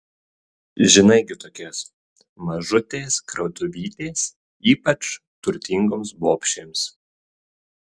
žinai gi tokias mažutės krautuvytės ypač turtingoms bobšėms